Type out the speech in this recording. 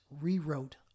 rewrote